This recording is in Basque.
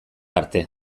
arte